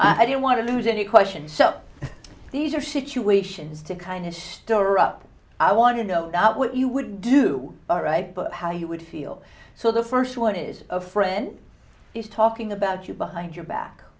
here i don't want to lose any questions so these are situations to kind of store up i want to know that what you would do all right but how you would feel so the first one is a friend is talking about you behind your back